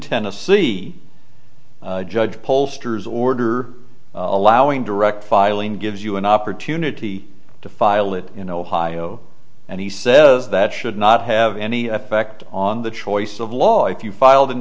tennessee judge pollster's order allowing direct filing gives you an opportunity to file it in ohio and he says that should not have any effect on the choice of law if you filed in